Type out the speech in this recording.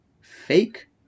fake